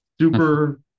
super